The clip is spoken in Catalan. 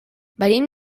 venim